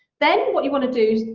then what you wanna do,